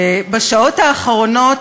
בשעות האחרונות,